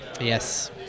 Yes